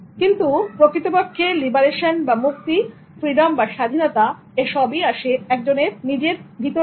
কিন্তু প্রকৃতপক্ষে লিবারেশন বা মুক্তি ফ্রিডম বা স্বাধীনতা এসবই আসে একজনের নিজের ভিতর থেকে